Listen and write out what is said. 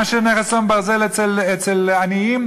מה שנכס צאן ברזל אצל עניים,